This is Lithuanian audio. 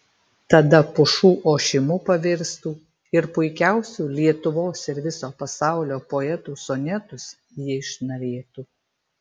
tada pušų ošimu pavirstų ir puikiausių lietuvos ir viso pasaulio poetų sonetus jai šnarėtų